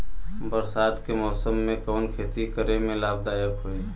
बरसात के मौसम में कवन खेती करे में लाभदायक होयी?